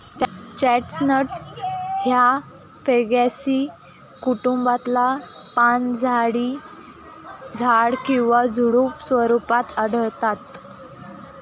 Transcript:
chestnut ह्या Fagaceae कुटुंबातला पानझडी झाड किंवा झुडुप स्वरूपात आढळता